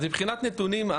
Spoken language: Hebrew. אז מבחינת נתונים,